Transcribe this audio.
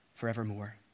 forevermore